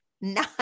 nine